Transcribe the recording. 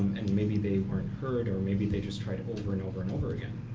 and maybe they aren't heard, or maybe they just tried it over and over and over again